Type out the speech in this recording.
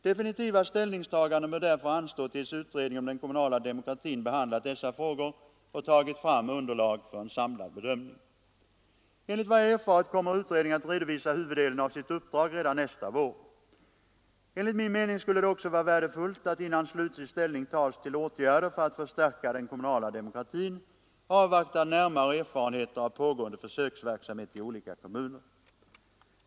Definitiva ställningstaganden bör därför anstå tills utredningen om den kommunala demokratin behandlat dessa frågor och tagit fram underlag för en samlad bedömning. Enligt vad jag erfarit kommer utredningen att redovisa huvuddelen av sitt uppdrag redan nästa vår. Enligt min mening skulle det också vara värdefullt att, innan slutlig ställning tas till åtgärder för att förstärka den kommunala demokratin, avvakta närmare erfarenheter av pågående försöksverksamhet i olika kommuner.